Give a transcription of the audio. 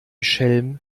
schelm